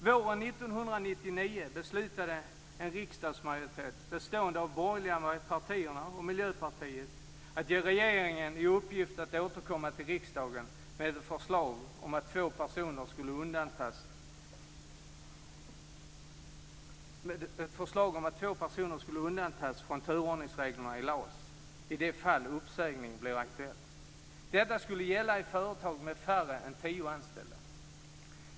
Våren 1999 beslutade en riksdagsmajoritet, bestående av de borgerliga partierna och Miljöpartiet, att ge regeringen i uppgift att återkomma till riksdagen med ett förslag om att två personer skulle få undantas från turordningsreglerna i LAS i de fall uppsägning blir aktuellt. Detta skulle gälla i företag med färre än tio anställda.